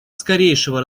скорейшего